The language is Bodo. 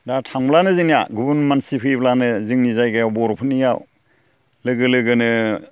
दा थांब्लानो जोंहा गुबुन मानसि फैब्लानो जोंनि जायगायाव बर'फोरनियाव लोगो लोगोनो